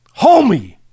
Homie